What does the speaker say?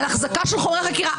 על החזקה של חומרי חקירה.